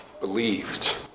believed